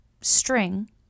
string